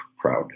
proud